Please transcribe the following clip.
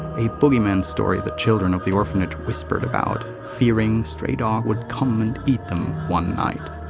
a bogey man story the children of the orphanage whispered about, fearing stray dog would come and eat them one night.